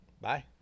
Bye